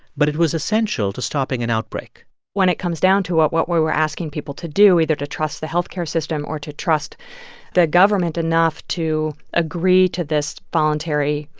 but it was essential to stopping an outbreak when it comes down to it, what we were asking people to do, either to trust the health care system or to trust the government enough to agree to this voluntary,